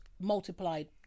multiplied